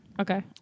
Okay